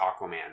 Aquaman